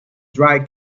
dry